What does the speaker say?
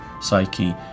psyche